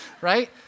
right